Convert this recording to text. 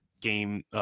game